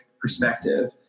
perspective